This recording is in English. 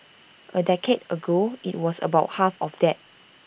A decade ago IT was about half of that